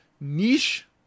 niche